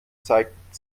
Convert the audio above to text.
zeigt